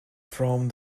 from